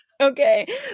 Okay